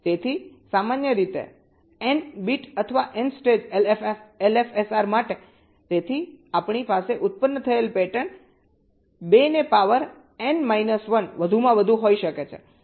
તેથી સામાન્ય રીતે એન બીટ અથવા એન સ્ટેજ એલએફએસઆર માટે તેથી આપણી પાસે ઉત્પન્ન થયેલ પેટર્ન 2 ને પાવર એન માઇનસ 1 વધુમાં વધુ હોઈ શકે છે